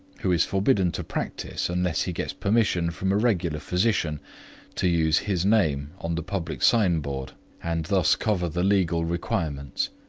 who is forbidden to practise unless he gets permission from a regular physician to use his name on the public signboard and thus cover the legal requirements.